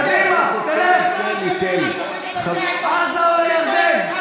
קדימה, תלך, לעזה או לירדן.